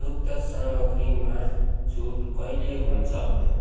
दुग्ध सामाग्रीमा छुट कहिले हुन्छ